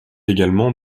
également